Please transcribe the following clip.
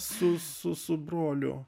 su su su broliu